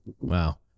Wow